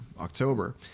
October